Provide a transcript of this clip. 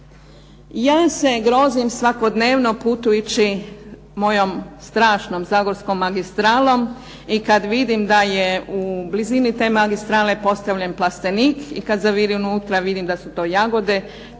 Ja se grozim svakodnevno putujući mojom strašnom zagorskom magistralom i kad vidim da je u blizini te magistrale postavljen plastenik. I kad zavirim unutra vidim da su to jagode.